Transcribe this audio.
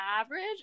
average